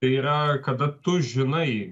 tai yra kada tu žinai